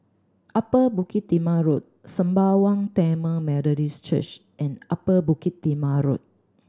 Upper Bukit Timah Road Sembawang Tamil Methodist Church and Upper Bukit Timah Road